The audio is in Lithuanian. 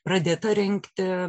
pradėta rengti